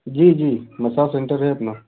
जी जी massage centre है अपना